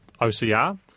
OCR